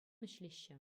ӗҫлеҫҫӗ